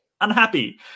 unhappy